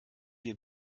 wir